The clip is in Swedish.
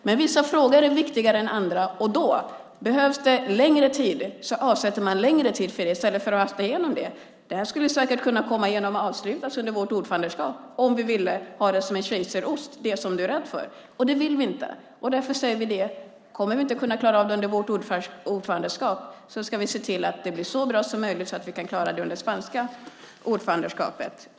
Men vissa frågor är viktigare än andra, och då avsätter man längre tid för det i stället för att hasta igenom det. Det här skulle säkert kunna avslutas under vårt ordförandeskap om vi ville ha det som en schweizerost, det som du är rädd för. Det vill vi inte. Därför säger vi: Kommer vi inte att kunna klara det under vårt ordförandeskap ska vi se till att det blir så bra att vi kan klara det under det spanska ordförandeskapet.